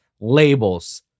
labels